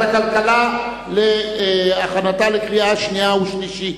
הכלכלה לשם הכנתה לקריאה שנייה ולקריאה שלישית.